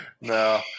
No